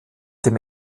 dem